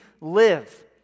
live